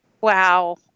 wow